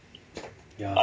ya